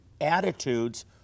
attitudes